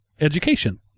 education